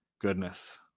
goodness